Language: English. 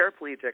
paraplegic